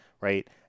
Right